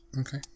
Okay